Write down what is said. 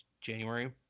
January